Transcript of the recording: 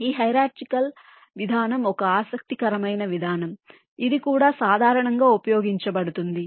ఈ హెయిరార్చికాల్ విధానం ఒక ఆసక్తికరమైన విధానం ఇది కూడా సాధారణంగా ఉపయోగించబడుతుంది